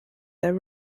their